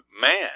man